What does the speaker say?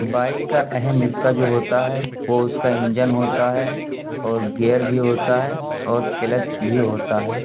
bike کا اہم حصہ جو ہوتا ہے وہ اس کا انجن ہوتا ہے اور گیئر بھی ہوتا ہے اور کلچ بھی ہوتا ہے